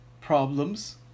problems